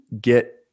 get